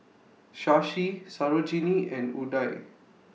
Shashi Sarojini and Udai